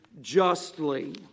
justly